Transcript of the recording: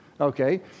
Okay